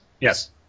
yes